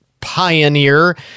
pioneer